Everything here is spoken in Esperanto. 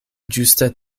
ĝuste